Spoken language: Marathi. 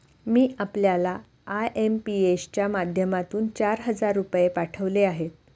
मी आपल्याला आय.एम.पी.एस च्या माध्यमातून चार हजार रुपये पाठवले आहेत